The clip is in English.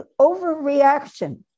overreaction